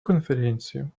конференции